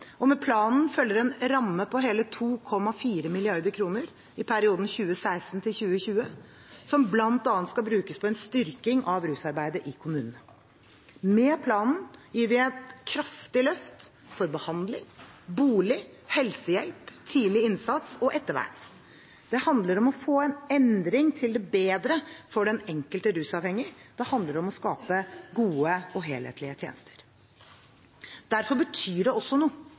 og med planen følger en ramme på hele 2,4 mrd. kr i perioden 2016–2020, som bl.a. skal brukes på en styrking av rusarbeidet i kommunene. Med planen gir vi et kraftig løft for behandling, bolig, helsehjelp, tidlig innsats og ettervern. Det handler om å få en endring til det bedre for den enkelte rusavhengige. Det handler om å skape gode og helhetlige tjenester. Derfor betyr det også noe